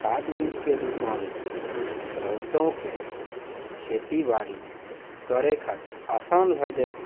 खाद बीजके दोकानसँ बहुतोके खेतीबाड़ी करै खातिर आसान भए जायत